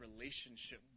relationship